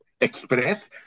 express